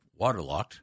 waterlocked